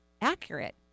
accurate